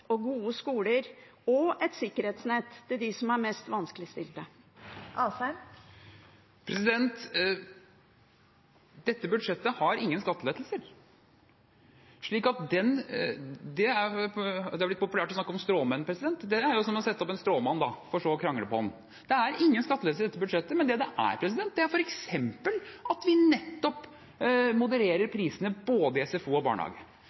og gode skoler og et sikkerhetsnett for dem som er mest vanskeligstilte? Dette budsjettet har ingen skattelettelser. Det er blitt populært å snakke om stråmenn. Dette er som å sette opp en stråmann, for så å krangle på den. Det er ingen skattelettelser i dette budsjettet, men det det er, er f.eks. at vi nettopp modererer prisene både i SFO og barnehage,